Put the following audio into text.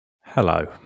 hello